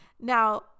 Now